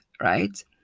right